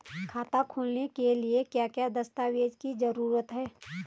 खाता खोलने के लिए क्या क्या दस्तावेज़ की जरूरत है?